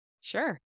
Sure